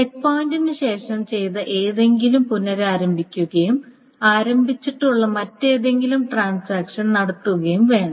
check പോയിന്റിന് ശേഷം ചെയ്ത എന്തെങ്കിലും പുനരാരംഭിക്കുകയും ആരംഭിച്ചിട്ടുള്ള മറ്റേതെങ്കിലും ട്രാൻസാക്ഷൻ നടത്തുകയും വേണം